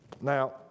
Now